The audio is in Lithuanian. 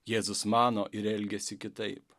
jėzus mano ir elgiasi kitaip